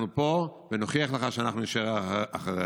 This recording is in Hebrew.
אנחנו פה, ונוכיח לך שאנחנו נישאר אחריך.